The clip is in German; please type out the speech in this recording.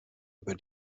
über